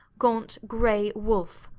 gaunt grey wolf.